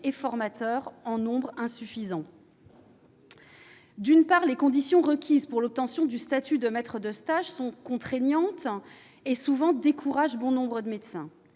et formateurs en nombre suffisant. D'une part, les conditions requises pour l'obtention du statut de maître de stage sont si contraignantes qu'elles découragent bon nombre de médecins.